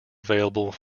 available